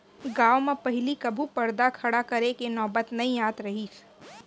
गॉंव म पहिली कभू परदा खड़ा करे के नौबत नइ आत रहिस